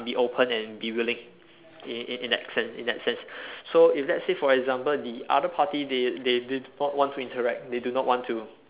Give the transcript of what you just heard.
be open and be willing in in in in that sense in that sense so if let's say for example the other party they they did not want to interact they did not want to